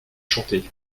chanté